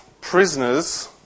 prisoners